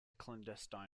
clandestine